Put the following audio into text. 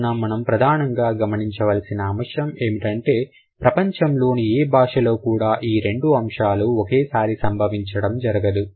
కావున మనం ప్రధానంగా గమనించవలసిన అంశం ఏమిటంటే ప్రపంచంలోని ఏ భాషలో కూడా ఈ రెండు అంశాలు ఒకేసారి సంభవించడం జరగదు